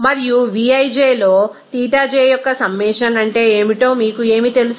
మరియు vij లో ξj యొక్క సమ్మషన్ అంటే ఏమిటో మీకు ఏమి తెలుసు